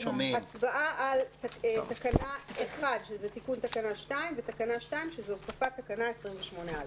הצבעה על תקנה 1 שזה תיקון תקנה 2 ועל תקנה 2 שזאת הוספת תקנה 28(א).